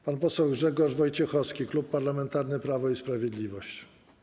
Pan poseł Grzegorz Wojciechowski, Klub Parlamentarny Prawo i Sprawiedliwość.